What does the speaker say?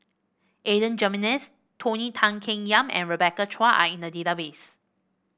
Adan Jimenez Tony Tan Keng Yam and Rebecca Chua are in the database